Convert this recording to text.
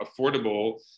affordable